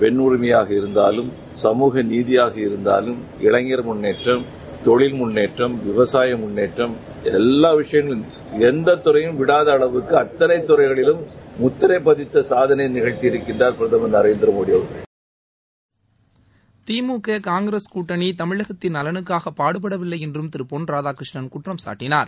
பெண் உரிமையாக இருந்தாலும் கமுக நீதியாக இருந்தாலும் இளைஞர் முன்னேற்றம் கொழில் முன்னேற்றம் விவசாய முன்னேற்றம் எல்லா விஷயத்திலேயும் எந்த துறையையும் விடாத அளவிற்கு அக்களை துறைகளிலும் முத்திரை பகித்து சாதனை படைத்திருக்கிறார் பிரதமர் நரேந்திரமோடிட திமுக காங்கிரஸ் கூட்டணி தமிழகத்தின் நலனுக்காக பாடுபடவில்லை என்றும் திரு பொன் ராதாகிருஷ்ணன் குற்றம் சாட்டினார்